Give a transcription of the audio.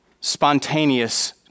spontaneous